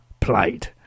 played